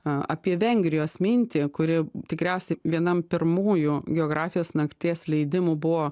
a apie vengrijos mintį kuri tikriausiai vienam pirmųjų geografijos nakties leidimų buvo